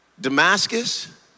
Damascus